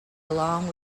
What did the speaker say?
along